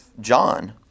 John